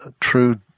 true